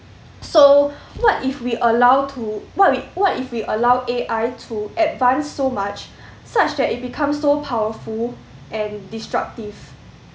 so what if we allow to what we what if we allow A_I to advance so much such that it becomes so powerful and destructive